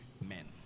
men